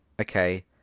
okay